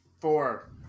Four